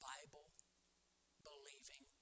Bible-believing